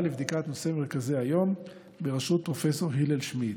לבדיקת נושא מרכזי היום בראשות פרופ' הלל שמיד.